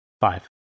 Five